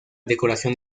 decoración